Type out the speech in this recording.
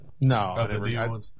No